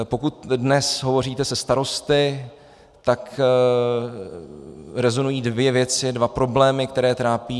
Pokud dnes hovoříte se starosty, tak rezonují dvě věci, dva problémy, které je trápí.